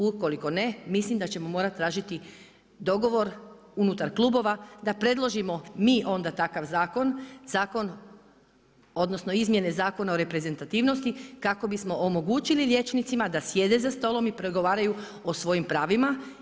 Ukoliko ne, mislim da ćemo morati tražiti dogovor unutar klubova da predložimo mi onda takav zakon, odnosno izmjene Zakona o reprezentativnosti kako bismo omogućili liječnicima da sjede za stolom i pregovaraju o svojim pravima.